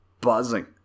buzzing